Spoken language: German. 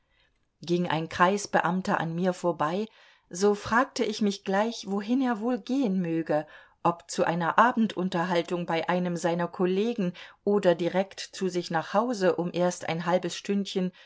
ging ein kreisbeamter an mir vorbei so fragte ich mich gleich wohin er wohl gehen möge ob zu einer abendunterhaltung bei einem seiner kollegen oder direkt zu sich nach hause um erst ein halbes stündchen